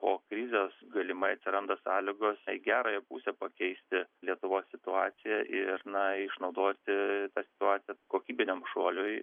po krizės galimai atsiranda sąlygos į gerąją pusę pakeisti lietuvos situaciją ir na išnaudoti tą situaciją kokybiniam šuoliui